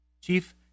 Chief